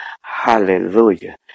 Hallelujah